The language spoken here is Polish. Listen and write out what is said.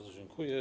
Dziękuję.